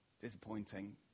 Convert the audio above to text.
Disappointing